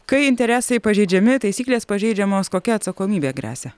kai interesai pažeidžiami taisyklės pažeidžiamos kokia atsakomybė gresia